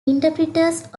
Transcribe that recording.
interpreters